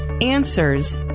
answers